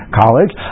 college